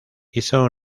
hizo